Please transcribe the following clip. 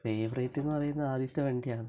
favourite എന്ന് പറയുന്നത് ആദ്യത്തെ വണ്ടിയാണ്